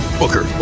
booker.